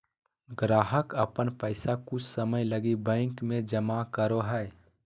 ग्राहक अपन पैसा कुछ समय लगी बैंक में जमा करो हइ